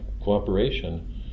cooperation